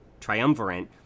triumvirate